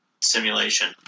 simulation